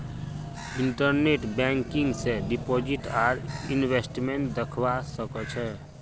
internet banking स deposit आर investment दख्वा स ख छ